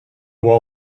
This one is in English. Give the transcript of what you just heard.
wall